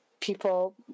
people